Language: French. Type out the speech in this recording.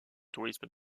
tourisme